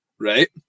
right